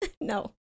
No